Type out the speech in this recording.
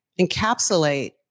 encapsulate